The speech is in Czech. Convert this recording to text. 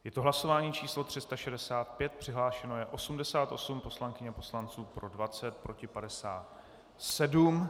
Je to hlasování číslo 365, přihlášeno je 88 poslankyň a poslanců, pro 20, proti 57.